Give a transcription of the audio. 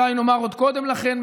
אולי נאמר עוד קודם לכן,